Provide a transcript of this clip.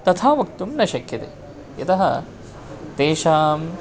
तथा वक्तुं न शक्यते यतः तेषां